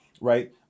Right